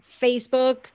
Facebook